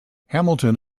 hamilton